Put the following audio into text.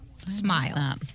Smile